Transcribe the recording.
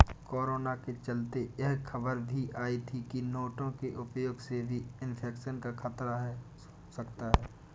corona के चलते यह खबर भी आई थी की नोटों के उपयोग से भी इन्फेक्शन का खतरा है सकता है